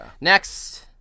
Next